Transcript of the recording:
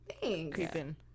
creeping